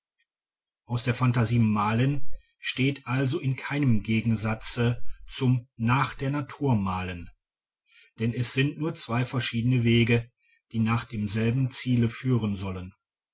aus der phantasie malen steht also in keinem gegensatze zum nach der natur malen denn es sind nur zwei verschiedene wege die nach demselben ziele führen sollen